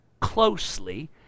closely